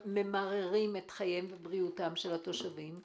ממררים את חייהם ובריאותם של התושבים,